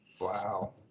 Wow